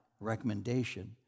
recommendation